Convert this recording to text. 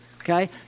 okay